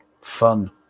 Fun